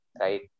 right